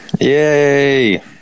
yay